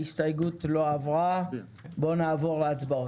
הצבעה ההסתייגות לא אושרה בואו נעבור להצבעות.